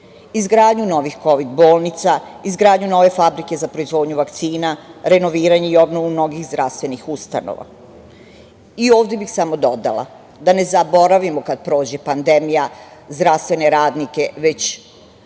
izgradnju novih kovid bolnica, izgradnju nove fabrike za proizvodnju vakcina, renoviranje i obnovu mnogih zdravstvenih ustanova. Ovde bih samo dodala, da ne zaboravimo kada prođe pandemija, zdravstvene radnike, već